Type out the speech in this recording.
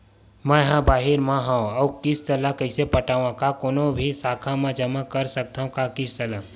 मैं हा बाहिर मा हाव आऊ किस्त ला कइसे पटावव, का कोनो भी शाखा मा जमा कर सकथव का किस्त ला?